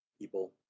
people